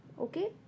Okay